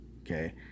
Okay